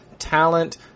talent